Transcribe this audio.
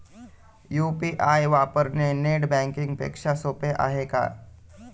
UPI वापरणे net banking पेक्षा सोपे आहे का?